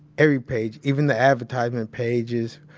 every page, even the advertisement pages,